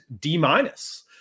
D-minus